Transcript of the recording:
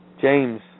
James